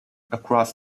across